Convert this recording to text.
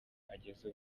ageze